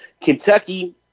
Kentucky